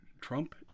Trump